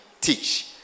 teach